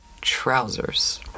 trousers